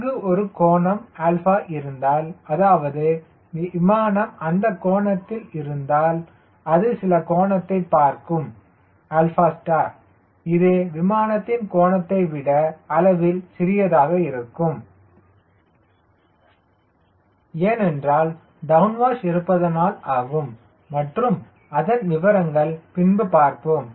அங்கு ஒரு கோணம் 𝛼 இருந்தால் அதாவது விமானம் அந்தக் கோணத்தில் இருந்தால் அது சில கோணத்தை பார்க்கும் 𝛼 இது விமானத்தின் கோணத்தை விட அளவில் சிறியதாக இருக்கும் ஏனென்றால் டவுன்வாஷ் இருப்பதனால் ஆகும் மற்றும் அதன் விவரங்கள் பின்பு பார்ப்போம்